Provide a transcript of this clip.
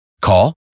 Call